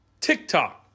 TikTok